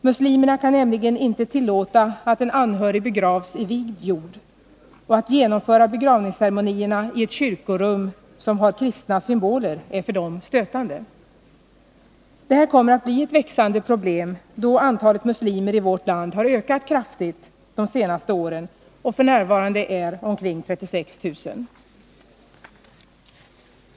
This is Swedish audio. Muslimerna kan 171 nämligen ej tillåta att en anhörig begravs i vigd jord, och att genomföra begravningsceremonierna i ett kyrkorum som har kristna symboler är för dem stötande. Detta kommer att bli ett växande problem, då antalet muslimer i vårt land har ökat kraftigt de senaste åren och f. n. är omkring 36 000.